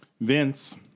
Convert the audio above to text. Vince